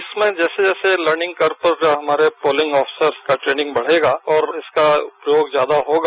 इसमें जैसे जैसे लर्निंग करते हुए जो हमारे पोलिंग अफसर्स का ट्रेनिंग बढ़ेगा और उसका प्रयोग ज्यादा होगा